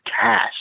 cash